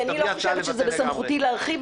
כי אני לא חושבת שזה בסמכותי להרחיב,